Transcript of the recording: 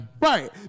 Right